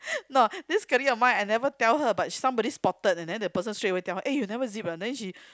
no this colleague of mine I never tell her but somebody spotted and then the person straight away tell her eh you never zip ah then she